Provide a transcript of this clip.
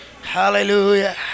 Hallelujah